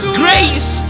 grace